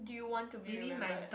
do you want to be remembered